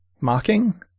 mocking